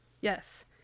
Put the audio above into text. Yes